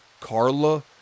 Carla